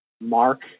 Mark